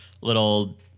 little